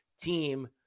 team